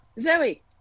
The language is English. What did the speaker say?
zoe